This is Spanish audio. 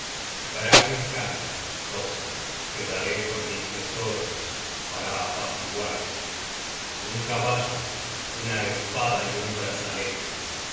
brage canta te daré con mis tesoros para apaciguarte un caballo una espada y un brazalete no